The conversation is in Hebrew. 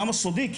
למה סודי?